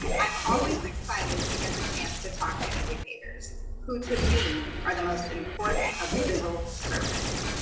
i'm always excited to get the chance to talk to educators who to me are the most important of civil servants.